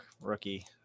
rookie